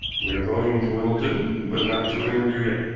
we are going to wimbledon, but not to an interview yet.